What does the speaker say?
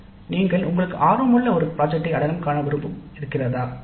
"நீங்கள் உங்களுக்கு ஆர்வமுள்ள ஒரு திட்டத்தை அடையாளம் காணும் விருப்பம் இருந்ததா